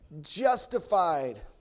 justified